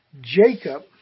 Jacob